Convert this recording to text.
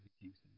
Kingston